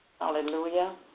Hallelujah